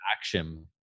action